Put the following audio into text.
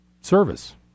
service